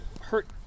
hurt